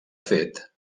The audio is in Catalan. fet